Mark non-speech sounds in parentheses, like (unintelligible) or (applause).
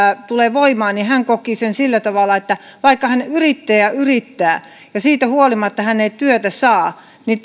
tulee voimaan tämä laki tulee vaikuttamaan niin että hän kokee että vaikka hän yrittää ja yrittää ja jos siitä huolimatta hän ei työtä saa niin (unintelligible)